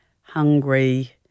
hungry